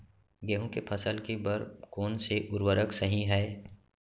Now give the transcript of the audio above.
गेहूँ के फसल के बर कोन से उर्वरक सही है?